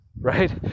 Right